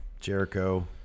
Jericho